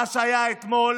מה שהיה אתמול